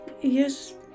Yes